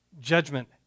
judgment